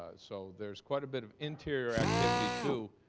ah so there's quite a bit of interior activity too,